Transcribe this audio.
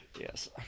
Yes